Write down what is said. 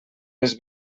les